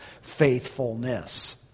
faithfulness